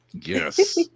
Yes